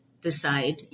decide